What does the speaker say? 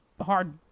hard